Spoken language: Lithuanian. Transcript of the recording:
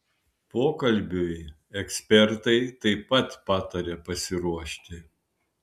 pokalbiui ekspertai taip pat pataria pasiruošti